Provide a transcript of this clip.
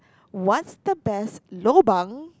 what's the best lobang